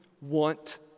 want